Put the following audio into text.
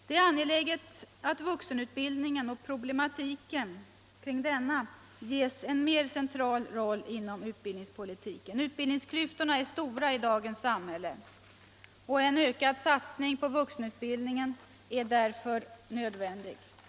Det är angeläget att vuxenutbildningen och problematiken kring denna ges en mer central roll inom utbildningspolitiken. Utbildningsklyftorna är stora i dagens samhälle. En ökad satsning på vuxenutbildning är därför nödvändig.